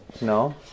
No